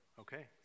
Okay